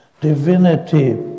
divinity